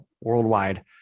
Worldwide